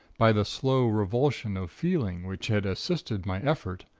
by the slow revulsion of feeling which had assisted my effort,